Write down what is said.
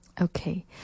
Okay